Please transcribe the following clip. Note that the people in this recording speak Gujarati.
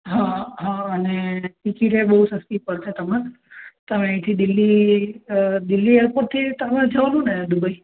હા હા હા અને ટિકિટ એ બહુ સસ્તી પડશે તમને તમે અહીંથી દિલ્હી દિલ્હી એરપોર્ટથી તમારે જવું હતું દુબઇ